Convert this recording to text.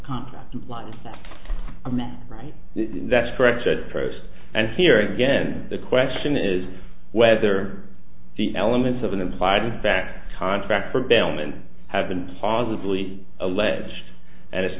contract line right that's correct at first and here again the question is whether the elements of an implied in fact contract for bellman have been positively of pledged and it's